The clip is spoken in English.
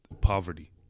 poverty